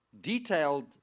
detailed